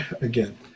again